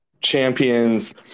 champions